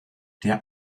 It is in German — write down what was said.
der